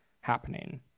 happening